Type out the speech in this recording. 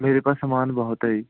ਮੇਰੇ ਪਾਸ ਸਮਾਨ ਬਹੁਤ ਹੈ ਜੀ